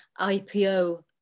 IPO